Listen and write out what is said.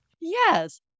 Yes